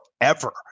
forever